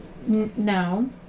no